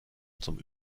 zum